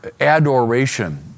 adoration